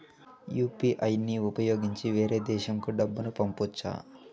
UPI ని ఉపయోగించి వేరే దేశంకు డబ్బును పంపొచ్చా?